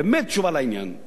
באמת תשובה לעניין.